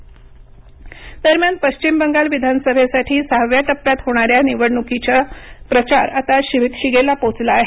पश्चिम बंगाल प्रचार दरम्यान पश्चिम बंगाल विधानसभेसाठी सहाव्या टप्प्यात होणाऱ्या निवडणुकीचा प्रचार आता शिगेला पोहोचला आहे